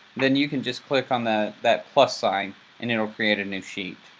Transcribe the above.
then you can just click on that that plus sign and it'll create a new sheet.